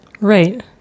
Right